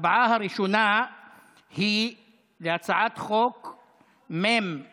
ההצבעה הראשונה היא על הצעת חוק מ/1475,